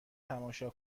تماشا